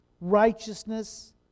Righteousness